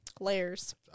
Layers